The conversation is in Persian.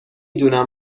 دونم